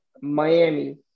Miami